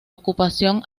ocupación